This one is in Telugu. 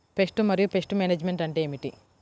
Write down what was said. పెస్ట్ మరియు పెస్ట్ మేనేజ్మెంట్ అంటే ఏమిటి?